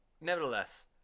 Nevertheless